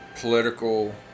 political